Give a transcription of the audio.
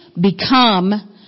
become